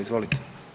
Izvolite.